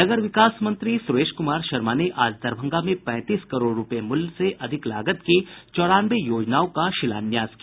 नगर विकास मंत्री सुरेश कुमार शर्मा ने आज दरभंगा में पैंतीस करोड़ रूपये से अधिक लागत की चौरानवे योजनाओं का शिलान्यास किया